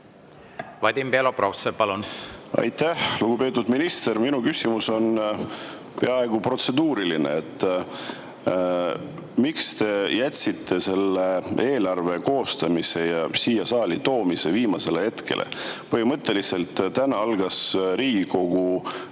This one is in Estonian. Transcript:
Vadim Belobrovtsev, palun! Aitäh! Lugupeetud minister! Minu küsimus on peaaegu protseduuriline. Miks te jätsite selle eelarve koostamise ja siia saali toomise viimasele hetkele? Põhimõtteliselt algas täna Riigikogu